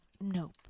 nope